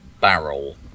barrel